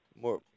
more